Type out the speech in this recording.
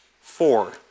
four